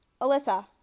Alyssa